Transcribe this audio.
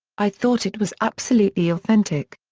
i thought it was absolutely authentic.